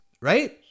right